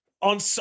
on